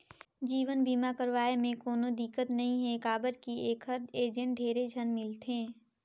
जीवन बीमा करवाये मे कोनो दिक्कत नइ हे काबर की ऐखर एजेंट ढेरे झन मिलथे